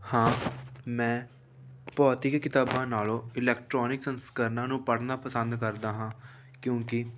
ਹਾਂ ਮੈਂ ਭੌਤਿਕ ਕਿਤਾਬਾਂ ਨਾਲੋਂ ਇਲੈਕਟ੍ਰੋਨਿਕ ਸੰਸਕਰਨਾਂ ਨੂੰ ਪੜ੍ਹਨਾ ਪਸੰਦ ਕਰਦਾ ਹਾਂ ਕਿਉਂਕਿ